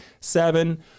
seven